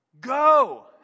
Go